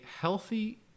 healthy